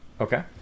Okay